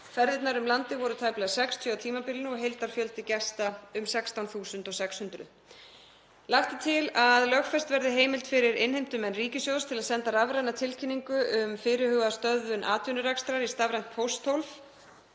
Ferðirnar um landið voru tæplega 60 á tímabilinu og var heildarfjöldi gesta um 16.600. Lagt er til að lögfest verði heimild fyrir innheimtumenn ríkissjóðs til að senda rafræna tilkynningu um fyrirhugaða stöðvun atvinnurekstrar í stafrænt pósthólf